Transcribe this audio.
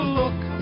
look